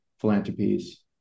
Philanthropies